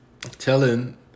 Telling